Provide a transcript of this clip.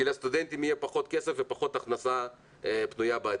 לסטודנטים יהיה פחות כסף ופחות הכנסה פנויה בעתיד,